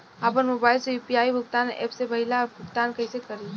आपन मोबाइल से यू.पी.आई भुगतान ऐपसे पईसा भुगतान कइसे करि?